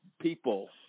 people